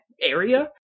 area